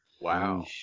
wow